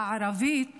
בערבית